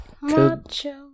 Macho